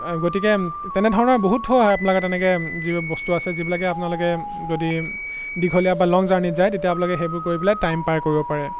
গতিকে তেনেধৰণৰ বহুতো আপোনালোকৰ তেনেকৈ যিবোৰ বস্তু আছে যিবিলাকে আপোনালোকে যদি দীঘলীয়া বা লং জাৰ্ণিত যায় তেতিয়া আপোনালোকে সেইবোৰ কৰি পেলাই টাইম পাৰ কৰিব পাৰে